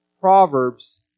Proverbs